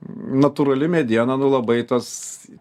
natūrali mediena nu labai tas